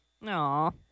No